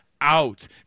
out